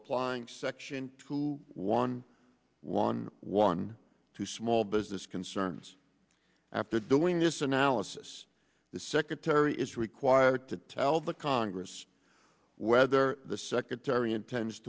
eyeing section two one one one two small business concerns after doing this analysis the secretary is required to tell the congress whether the secretary intends